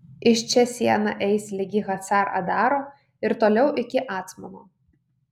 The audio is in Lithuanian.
iš čia siena eis ligi hacar adaro ir toliau iki acmono